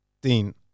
dean